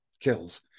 kills